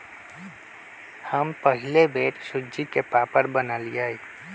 हम पहिल बेर सूज्ज़ी के पापड़ बनलियइ